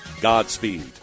Godspeed